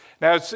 Now